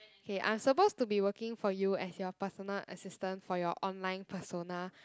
okay I'm supposed to be working for you as your personal assistant for your online persona